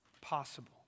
possible